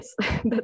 yes